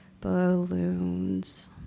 balloons